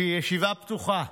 כי היא ישיבה פתוחה.